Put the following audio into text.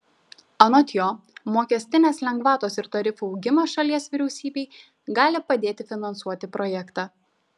anot jo mokestinės lengvatos ir tarifų augimas šalies vyriausybei gali padėti finansuoti projektą